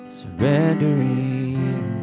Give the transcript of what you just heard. surrendering